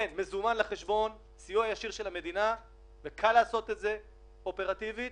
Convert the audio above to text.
מזומן לחשבון וקל לעשות את זה אופרטיבית